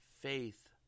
faith